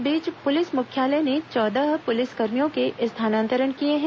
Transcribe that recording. इस बीच पुलिस मुख्यालय ने चौदह पुलिस कर्मियों के स्थानांतरण किए हैं